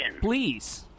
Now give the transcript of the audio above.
Please